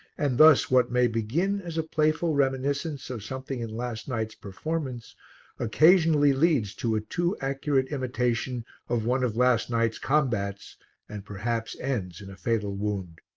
and thus what may begin as a playful reminiscence of something in last night's performance occasionally leads to a too accurate imitation of one of last night's combats and perhaps ends in a fatal wound.